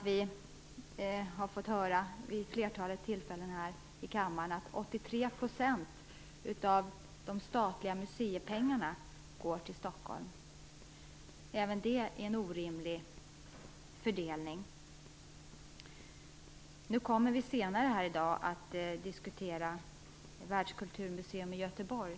Vi har vid flera tillfällen här i kammaren fått höra att 83 % av de statliga museipengarna går till Stockholm. Även det är en orimlig fördelning. Senare i dag kommer vi att diskutera ett världskulturmuseum i Göteborg.